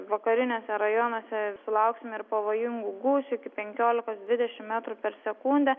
vakariniuose rajonuose sulauksime ir pavojingų gūsių iki penkiolikos dvidešim metrų per sekundę